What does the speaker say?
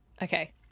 Okay